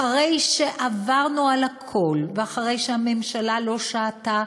אחרי שעברנו על הכול ואחרי שהממשלה לא שעתה,